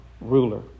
ruler